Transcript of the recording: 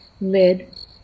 lid